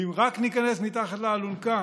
ואם רק ניכנס מתחת לאלונקה,